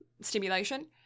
stimulation